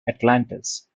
atlantis